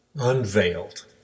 unveiled